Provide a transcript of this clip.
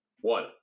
one